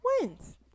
wins